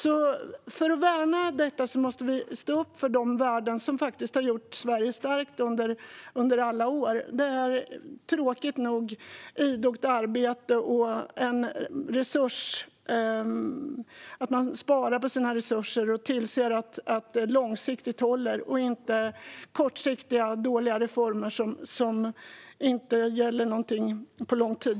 För att värna detta måste vi stå upp för de värden som faktiskt har gjort Sverige starkt under alla år. Det handlar tråkigt nog om idogt arbete och om att man sparar på sina resurser och ser till att de håller på lång sikt, inte om kortsiktiga och dåliga reformer som inte gäller över tid.